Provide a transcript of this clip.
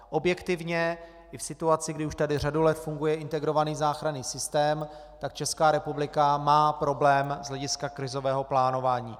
Objektivně i v situaci, kdy už tady řadu let funguje integrovaný záchranný systém, Česká republika má problém z hlediska krizového plánování.